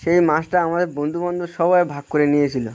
সেই মাছটা আমাদের বন্ধু বান্ধব সবাই ভাগ করে নিয়েছিলো